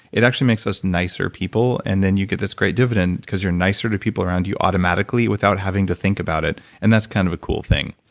it actually makes us nicer people and then, you could just create dividend because you're nicer to people around you automatically without having to think about it, and that's kind of a cool thing,